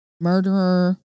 murderer